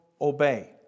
obey